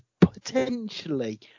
potentially